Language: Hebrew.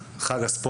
חג, חג הספורט.